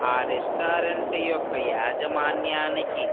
ఆ రెస్టారెంట్ యొక్క యాజమాన్యానికి